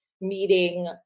meeting